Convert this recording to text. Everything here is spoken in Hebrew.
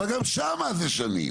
אבל גם שם זה שנים.